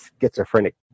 schizophrenic